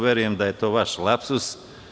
Verujem da je to vaš lapsus.